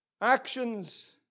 Actions